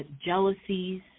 jealousies